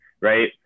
Right